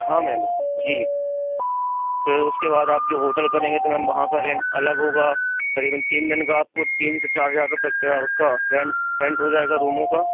हाँ मैम जी फिर उसके बाद आप जो होटल करेंगे तो मैम वहाँ का रेंट अलग होगा क़रीबन तीन दिन का आप को तीन से चार हज़ार रुपये किराया उसका रेंट रेंट हो जाएगा रूमों का